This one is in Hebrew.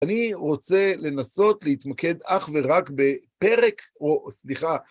אני רוצה לנסות להתמקד אך ורק בפרק, או, סליחה...